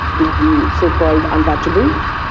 the the so-called untouchables,